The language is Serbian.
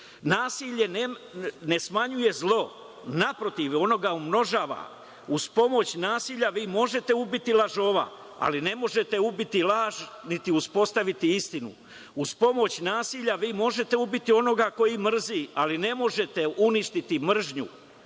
ne smanjuje zlo. Naprotiv, ono ga umnožava. Uz pomoć nasilja možete ubiti lažova, ali ne možete ubiti laž, niti uspostaviti istinu. Uz pomoć nasilja vi možete ubiti onoga ko mrzi, ali ne možete uništiti mržnju.